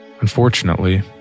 Unfortunately